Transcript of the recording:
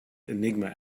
enigma